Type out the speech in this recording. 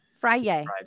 Friday